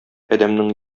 адәмнең